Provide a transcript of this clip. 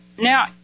Now